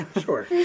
Sure